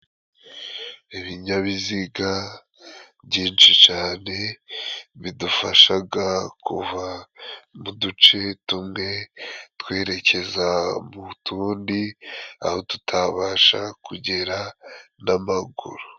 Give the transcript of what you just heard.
Ibinyabiziga byinshi cane bidufashaga kuva mu duce tumwe twerekeza mu tundi aho tutabasha kugera n'amaguru.